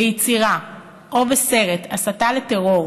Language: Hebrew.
ביצירה או בסרט הסתה לטרור